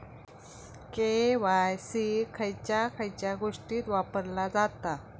KYC खयच्या खयच्या गोष्टीत वापरला जाता?